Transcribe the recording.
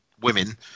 women